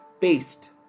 paste